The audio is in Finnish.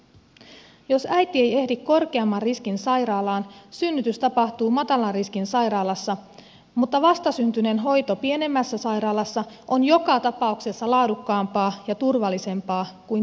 jos äiti ei ehdi korkeamman riskin sairaalaan synnytys tapahtuu matalan riskin sairaalassa mutta vastasyntyneen hoito pienemmässä sairaalassa on joka tapauksessa laadukkaampaa ja turvallisempaa kuin tien päällä